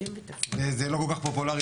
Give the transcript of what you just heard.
אז אם יש את זה כלפי ערבים,